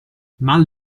mal